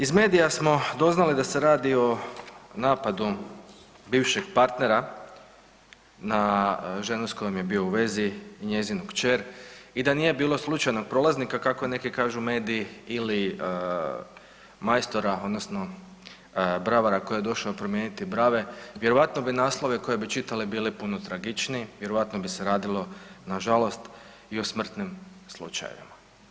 Iz medija smo doznali da se radi o napadu bivšeg partnera na ženu s kojom je bio u vezi i njezinu kćer i da nije bilo slučajnog prolaznika kako neki kažu mediji ili majstora odnosno bravara koji je došao promijeniti brave, vjerojatno bi naslovi koje bi čitali bili puno tragičniji, vjerojatno bi se radilo nažalost i o smrtnim slučajevima.